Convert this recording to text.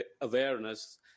awareness